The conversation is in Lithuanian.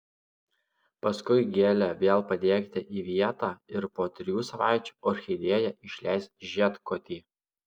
paskui gėlę vėl padėkite į vietą ir po trijų savaičių orchidėja išleis žiedkotį